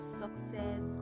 success